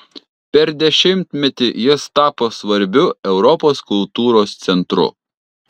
per dešimtmetį jis tapo svarbiu europos kultūros centru